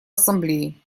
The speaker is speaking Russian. ассамблеи